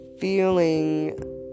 feeling